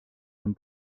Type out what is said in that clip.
homme